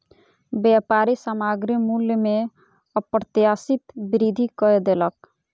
व्यापारी सामग्री मूल्य में अप्रत्याशित वृद्धि कय देलक